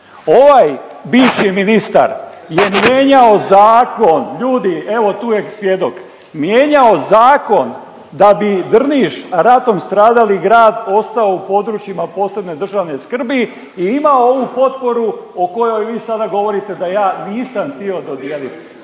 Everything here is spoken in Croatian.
Ovaj bivši ministar je mijenjao zakon, ljudi, evo tu je svjedok, mijenjao zakon da bi Drniš, ratom stradali grad ostao u područjima posebne državne skrbi i ima ovu potporu o kojoj vi sada govorite da ja nisam htio dodijelit,